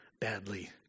badly